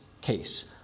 case